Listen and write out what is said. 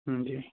ਹਾਂਜੀ